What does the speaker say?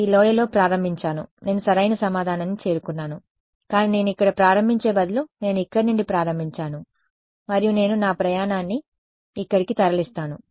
ఈ లోయలో ప్రారంభించాను నేను సరైన సమాధానాన్ని చేరుకున్నాను కానీ నేను ఇక్కడ ప్రారంభించే బదులు నేను ఇక్కడ నుండి ప్రారంభించాను మరియు నేను నా ప్రయాణాన్ని ఇక్కడికి తరలిస్తాను